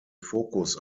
fokus